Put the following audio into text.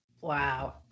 Wow